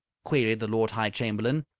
queried the lord high chamberlain.